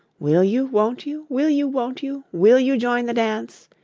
will you, won't you, will you, won't you, will you join the dance?